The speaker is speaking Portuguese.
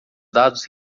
dados